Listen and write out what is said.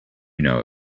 know